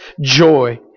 joy